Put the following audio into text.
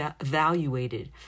evaluated